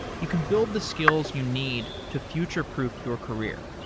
you can build the skills you need to future-proof your career.